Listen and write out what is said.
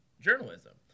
journalism